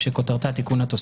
והצעת תקנות בתי המשפט (אגרות)(תיקון),